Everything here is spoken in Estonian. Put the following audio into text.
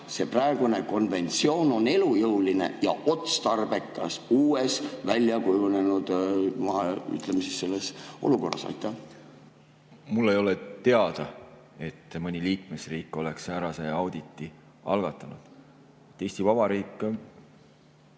see praegune konventsioon on elujõuline ja otstarbekas uues väljakujunenud, ütleme siis, olukorras. Mulle ei ole teada, et mõni liikmesriik oleks säärase auditi algatanud. Eesti Vabariik